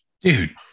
dude